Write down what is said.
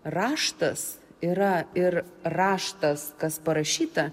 raštas yra ir raštas kas parašyta